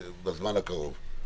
בזמן הקרוב.